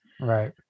Right